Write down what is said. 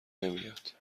نمیاد